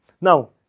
Now